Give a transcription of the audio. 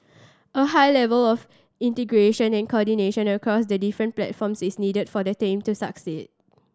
a high level of integration and coordination across the different platforms is needed for the team to succeed